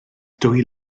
dwy